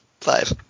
Five